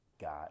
got